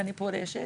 ואני פורשת.